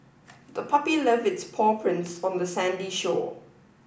the puppy left its paw prints on the sandy shore